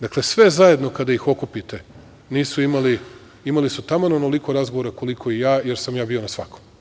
Dakle, sve zajedno kada ih okupite nisu imali, imali su taman onoliko razgovora koliko i ja, jer sam ja bio na svakom.